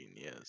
yes